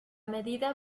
medida